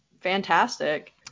fantastic